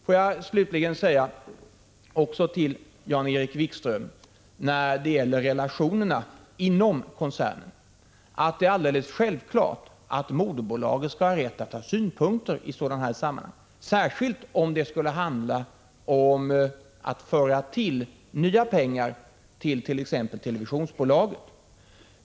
Får jag slutligen säga till Jan-Erik Wikström när det gäller relationerna inom koncernen, att det är självklart att moderbolaget skall ha rätt att ha synpunkter i sådana här sammanhang, särskilt om det skulle handla om att tillföra nya pengar, exempelvis till televisionsbolaget.